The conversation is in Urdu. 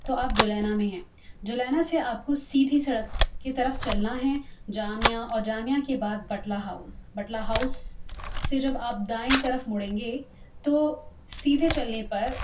تو آپ جلینا میں ہیں جلینا سے آپ کو سیدھی سڑک کی طرف چلنا ہے جامعہ اور جامعہ کے بعد بٹلہ ہاؤس بٹلہ ہاؤس سے جب آپ دائیں طرف مڑیں گے تو سیدھے چلنے پر